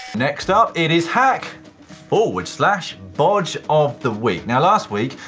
next up, it is hack forward slash bodge of the week. now last week,